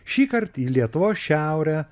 šįkart į lietuvos šiaurę